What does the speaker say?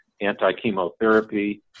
anti-chemotherapy